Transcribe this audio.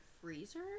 freezer